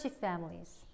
families